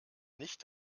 nicht